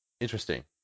Interesting